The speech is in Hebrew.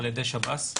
על ידי שב"ס,